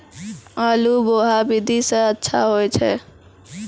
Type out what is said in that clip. आलु बोहा विधि सै अच्छा होय छै?